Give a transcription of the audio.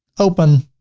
open,